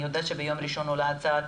אני יודעת שביום ראשון עולה הצעת